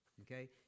okay